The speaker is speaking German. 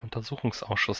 untersuchungsausschuss